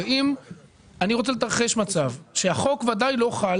אני רוצה לתרחש מצב שהחוק בוודאי לא חל